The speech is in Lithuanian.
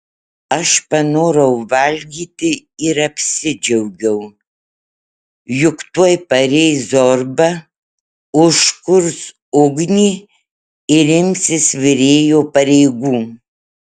aš panorau valgyti ir apsidžiaugiau juk tuoj pareis zorba užkurs ugnį ir imsis virėjo pareigų